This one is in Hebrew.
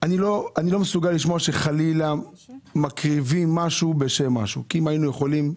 אני לא מסוגל לשמוע שחלילה מקריבים משהו בשם משהו כי אם היינו יכולים,